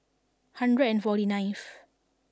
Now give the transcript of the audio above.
hundred and forty ninth